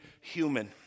human